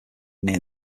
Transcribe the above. near